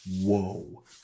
whoa